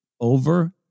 over